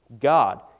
God